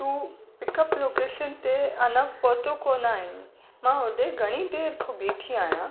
तूं pickup location ते अञा पहुतो कोनि आईं मां उते घणी देरि खां बीठी आहियां